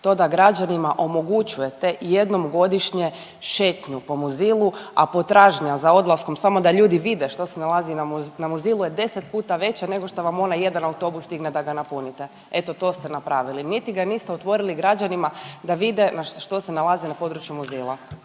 to da građanima omogućujete jednom godišnje šetnju po Muzilu, a potražnja za odlaskom samo da ljudi vide što se nalazi na Muzilu je 10 puta veća nego što vam onaj jedan autobus stigne da ga napunite. Eto to ste napravili. Niti ga niste otvorili građanima da vide što se nalazi na području Muzila.